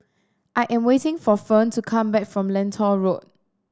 I am waiting for Ferne to come back from Lentor Road